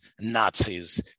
nazis